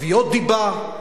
תביעות דיבה,